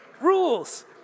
Rules